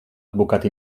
advocat